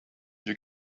your